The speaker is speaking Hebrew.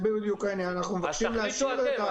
אנחנו מבקשים להשאיר את ההקלטה.